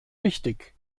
wichtig